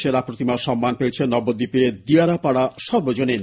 সেরা প্রতিমার সম্মান পেয়েছে নবদ্বীপের দিয়ারাপাড়া সর্বজনীন